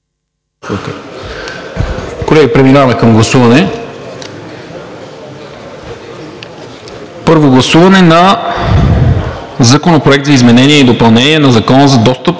Колеги, преминаваме към първо гласуване на Законопроект за изменение и допълнение на Закона за достъп